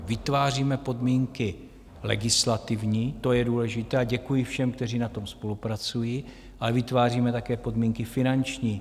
Vytváříme podmínky legislativní, to je důležité, a děkuji všem, kteří na tom spolupracují, ale vytváříme také podmínky finanční.